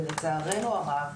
ולצערנו הרב,